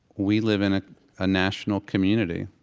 we live in a ah national community.